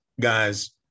guys